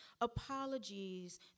Apologies